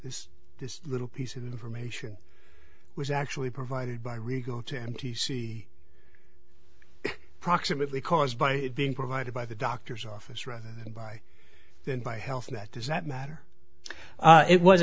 this little piece of information was actually provided by regal to m t c proximately caused by being provided by the doctor's office rather than by than by health that does that matter it was